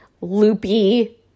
loopy